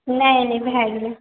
नहि नहि भए गेलै